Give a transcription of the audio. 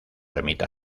ermita